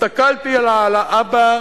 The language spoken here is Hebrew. הסתכלתי על האבא,